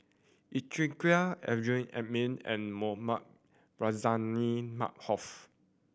Yeo Chee Kiong Amrin Amin and Mohamed Rozani Maarof